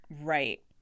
Right